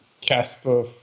Casper